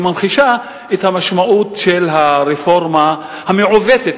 שממחישה את המשמעות של הרפורמה המעוותת,